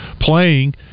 playing